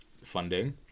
funding